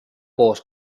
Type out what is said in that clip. koos